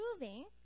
moving